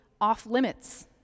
off-limits